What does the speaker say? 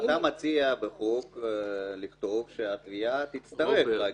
אתה מציע בחוק לכתוב שהתביעה תצטרך להגיש כתבי אישום.